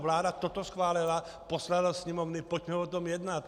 Vláda toto schválila, poslala Sněmovně, pojďme o tom jednat.